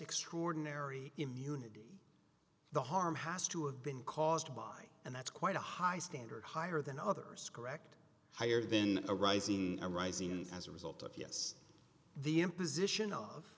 extraordinary immunity the harm has to have been caused by and that's quite a high standard higher than others correct higher than a rising arising as a result of yes the imposition of